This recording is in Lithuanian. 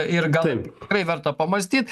ir gal tikrai verta pamąstyt